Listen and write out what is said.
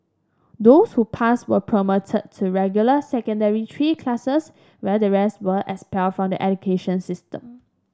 those who passed were promoted to regular Secondary Three classes while the rest were expelled from the education system